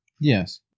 Yes